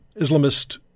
Islamist